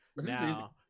Now